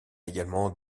également